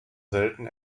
selten